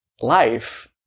life